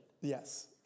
Yes